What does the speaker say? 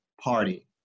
Party